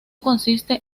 consiste